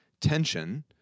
tension